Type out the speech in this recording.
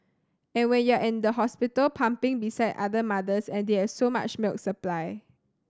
and when you're at the hospital pumping beside other mothers and they have so much milk supply